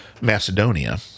Macedonia